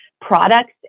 products